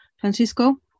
Francisco